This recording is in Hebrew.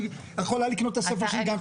היא יכולה לקנות את הספר שלי.